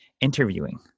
interviewing